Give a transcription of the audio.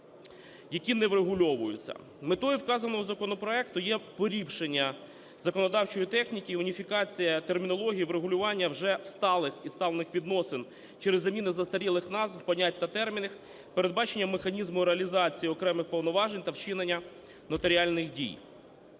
які не врегульовуються. Метою вказаного законопроекту є поліпшення законодавчої техніки і уніфікація термінології, врегулювання вже усталених відносин через заміну застарілих назв, понять та термінів, передбачення механізмів реалізації окремих повноважень та вчинення нотаріальних дій.